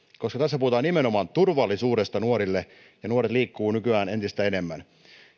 tässä puhutaan nimenomaan turvallisuudesta nuorille ja nuoret liikkuvat nykyään entistä enemmän